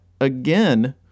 again